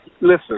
listen